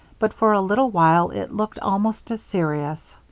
but for a little while it looked almost as serious.